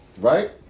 right